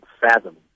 fathom